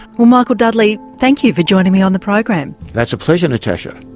well michael dudley, thank you for joining me on the program. that's a pleasure natasha.